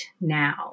now